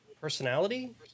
personality